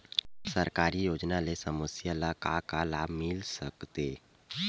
सरकारी योजना ले समस्या ल का का लाभ मिल सकते?